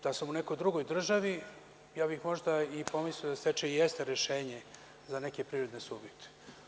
Da sam u nekoj drugoj državi, ja bih možda i pomislio da stečaj jeste rešenje za neke privredne subjekte.